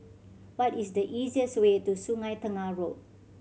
what is the easiest way to Sungei Tengah Road